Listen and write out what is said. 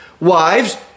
wives